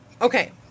Okay